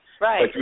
Right